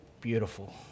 beautiful